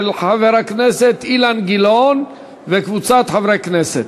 של חבר הכנסת אילן גילאון וקבוצת חברי הכנסת.